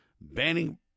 banning